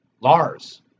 Lars